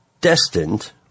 destined